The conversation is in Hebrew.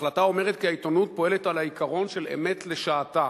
ההחלטה אומרת כי העיתונות פועלת על העיקרון של "אמת לשעתה".